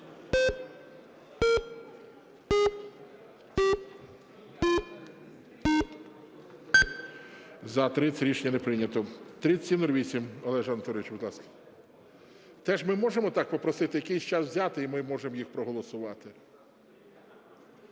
За-30 Рішення не прийнято. 3708. Олеже Анатолійовичу, будь ласка. Теж ми можемо так попросити якийсь час взяти, і ми можемо їх проголосувати?